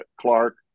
Clark